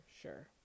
sure